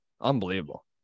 unbelievable